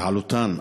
ועלותן,